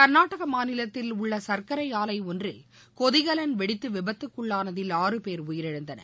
கர்நாடக மாநிலத்தில் உள்ள சர்க்கரை ஆலை ஒன்றில் கொதிகலன் வெடித்து விபத்துக்குள்ளானதில் ஆறு பேர் உயிரிழந்தனர்